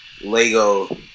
Lego